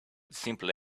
simple